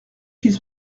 qu’il